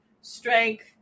strength